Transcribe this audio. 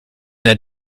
der